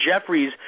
Jeffries